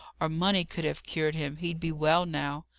or money could have cured him, he'd be well now.